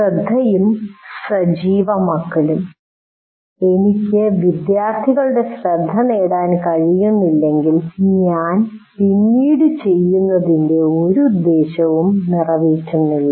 ശ്രദ്ധയും സജീവമാക്കലും എനിക്ക് വിദ്യാർത്ഥികളുടെ ശ്രദ്ധ നേടാൻ കഴിയുന്നില്ലെങ്കിൽ ഞാൻ പിന്നീട് ചെയ്യുന്നതിൻ്റെ ഒരു ഉദ്ദേശ്യവും നിറവേറ്റുന്നില്ല